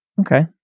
Okay